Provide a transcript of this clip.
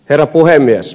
herra puhemies